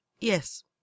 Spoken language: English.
Yes